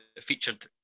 featured